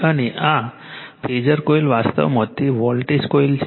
અને આ phasor coil વાસ્તવમાં તે વોલ્ટેજ કોઇલ છે